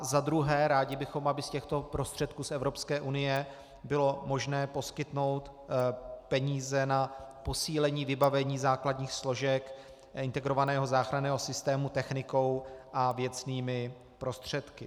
Za druhé, rádi bychom, aby z těchto prostředků z Evropské unie bylo možné poskytnout peníze na posílení vybavení základních složek integrovaného záchranného systému technikou a věcnými prostředky.